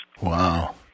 Wow